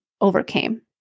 overcame